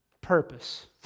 purpose